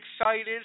excited